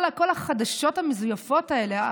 כל החדשות המזויפות האלה,